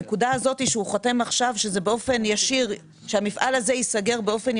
הנקודה עליה הוא חותם עכשיו שכתוצאה ממנה עשוי